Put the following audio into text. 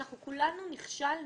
אנחנו כולנו נכשלנו.